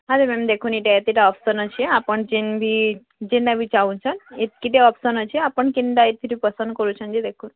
ହଁ ଯେ ମ୍ୟାମ୍ ଦେଖୁନ୍ ଏଇଟା ଏତେଟା ଅପ୍ସନ୍ ଅଛେ ଆପଣ୍ ଯେନ୍ ଭି ଯେନ୍ତା ଭି ଚାହୁଁଛନ୍ ଏତ୍କିଟା ଅପସନ୍ ଅଛି ଆପଣ କେନ୍ଟା ଏଥିରୁ ପସନ୍ଦ୍ କରୁଛ ଯେ ଦେଖୁନ୍